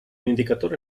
indicatore